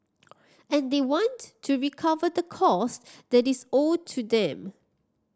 and they want to recover the cost that is owed to them